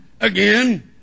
again